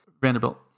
Vanderbilt